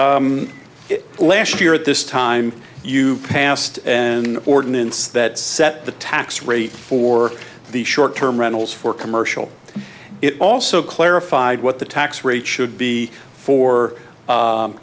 last year at this time you passed an ordinance that set the tax rate for the short term rentals for commercial it also clarified what the tax rate should be for